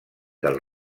del